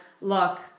look